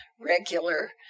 regular